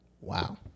Wow